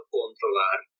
controlar